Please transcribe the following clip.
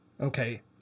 Okay